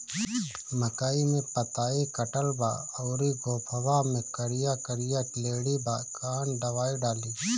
मकई में पतयी कटल बा अउरी गोफवा मैं करिया करिया लेढ़ी बा कवन दवाई डाली?